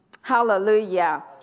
Hallelujah